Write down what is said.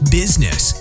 business